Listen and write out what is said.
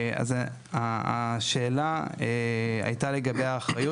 השאלה הייתה לגבי האחריות.